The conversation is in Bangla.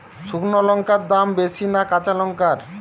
শুক্নো লঙ্কার দাম বেশি না কাঁচা লঙ্কার?